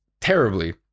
terribly